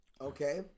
okay